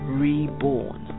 reborn